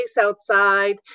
outside